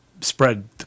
spread